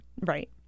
Right